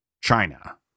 China